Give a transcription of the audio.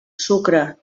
sucre